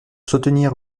soutenir